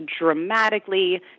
dramatically